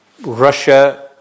Russia